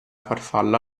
farfalla